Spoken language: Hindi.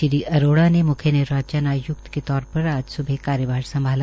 श्री अरोड़ा ने म्ख्य निर्वाचन आय्क्त की तौर पर आज स्बह कार्यभार संभाला